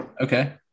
okay